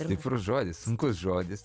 stiprus žodis sunkus žodis